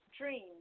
dream